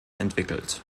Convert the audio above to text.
entwickelt